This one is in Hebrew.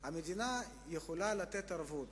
המדינה יכולה לתת ערבות